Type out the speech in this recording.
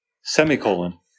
Semicolon